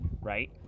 right